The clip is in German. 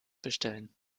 bestellen